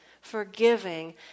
forgiving